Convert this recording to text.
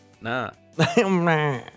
Nah